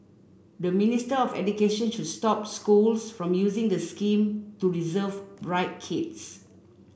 the Ministry of Education should stop schools from using the scheme to reserve bright kids